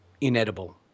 inedible